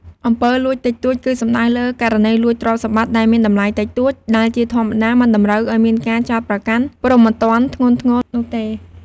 អំពើលួចតិចតួច គឺសំដៅលើ ករណីលួចទ្រព្យសម្បត្តិដែលមានតម្លៃតិចតួច ដែលជាធម្មតាមិនតម្រូវឱ្យមានការចោទប្រកាន់ព្រហ្មទណ្ឌធ្ងន់ធ្ងរនោះទេ។